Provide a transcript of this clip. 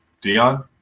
Dion